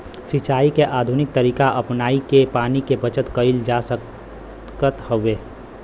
सिंचाई के आधुनिक तरीका अपनाई के पानी के बचत कईल जा सकत हवे